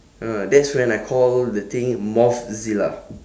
ah that's when I call the thing mothzilla